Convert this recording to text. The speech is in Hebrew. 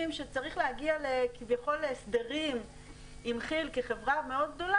שצריך להגיע כביכול להסדרים עם כי"ל כחברה מאוד גדול,